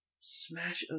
smash